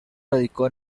radicó